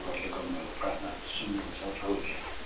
तपाईँहरूले गर्नुभएको प्रार्थनाहरू सुन्नुहुन्छ प्रभुले